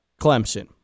Clemson